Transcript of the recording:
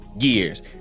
years